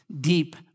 deep